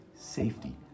safety